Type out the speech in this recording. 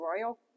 royal